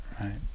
Right